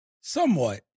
somewhat